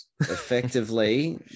effectively